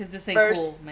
first